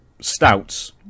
stouts